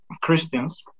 Christians